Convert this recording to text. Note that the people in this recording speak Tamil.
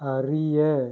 அறிய